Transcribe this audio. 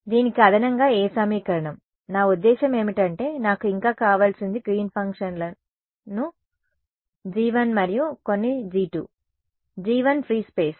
దీనికి అదనంగా ఏ సమీకరణం నా ఉద్దేశ్యం ఏమిటంటే నాకు ఇంకా కావలసింది గ్రీన్ ఫంక్షన్లు G1 మరియు కొన్ని G2 G1 ఫ్రీ స్పేస్